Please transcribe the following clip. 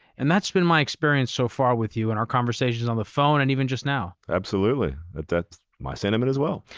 and that's been my experience so far with you in our conversations on the phone and even just now. absolutely, that's my sentiment as well.